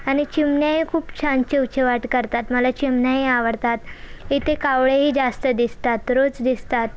आणि चिमण्याही खुप छान चिवचिवाट करतात मला चिमण्याही आवडतात इथे कावळेही जास्त दिसतात रोज दिसतात